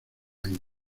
año